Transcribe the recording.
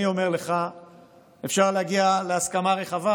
אני אומר לך שאפשר להגיע להסכמה רחבה,